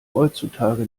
heutzutage